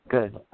Good